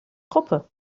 gruppe